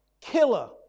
killer